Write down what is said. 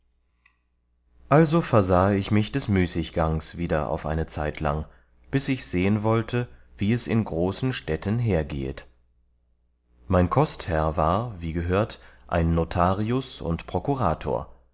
also versahe ich mich des müßiggangs wieder auf eine zeitlang bis ich sehen wollte wie es in großen städten hergehet mein kostherr war wie gehört ein notarius und prokurator